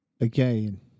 again